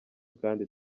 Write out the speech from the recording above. kandi